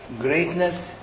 greatness